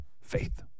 Faith